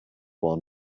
one